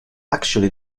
actually